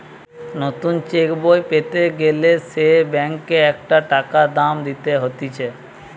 নতুন চেক বই পেতে গ্যালে সে ব্যাংকে একটা টাকা দাম দিতে হতিছে